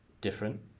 different